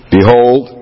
Behold